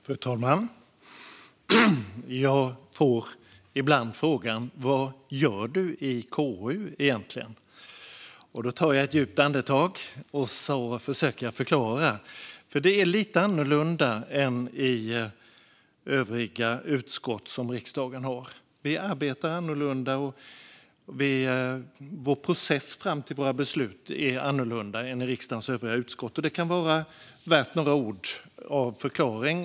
Fru talman! Jag får ibland frågan: Vad gör du i KU egentligen? Då tar jag ett djupt andetag och försöker förklara. Det är lite annorlunda än i övriga utskott i riksdagen. Vi arbetar annorlunda, och processen som leder fram till våra beslut är annorlunda än i riksdagens övriga utskott. Det kan vara värt några ord av förklaring.